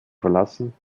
verlassen